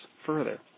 further